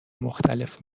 مختلف